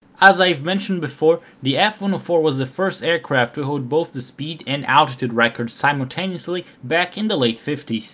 as i've mentioned before the f one hundred was the first aircraft to hold both the speed and altitude records simultaneously back in the late fifty s.